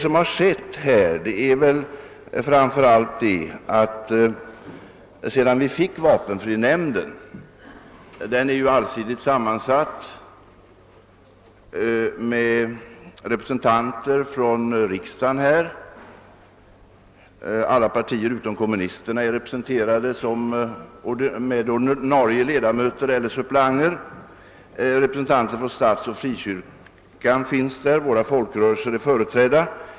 Samtliga partier i riksdagen utom kommunisterna är representerade i vapenfrinämnden genom ordinarie ledamöter eller suppleanter, där finns representanter för statsoch frikyrka, och våra folkrörelser är företrädda.